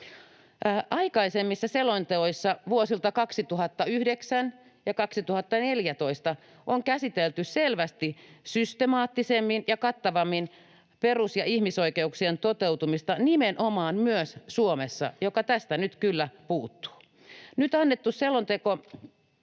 Aikaisemmissa selonteoissa vuosilta 2009 ja 2014 on käsitelty selvästi systemaattisemmin ja kattavammin perus‑ ja ihmisoikeuksien toteutumista nimenomaan myös Suomessa, mikä tästä nyt kyllä puuttuu. Nyt annettu selonteko